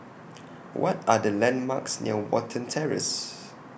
What Are The landmarks near Watten Terrace